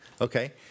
Okay